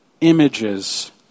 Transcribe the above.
images